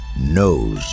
Knows